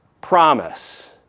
promise